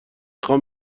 خوام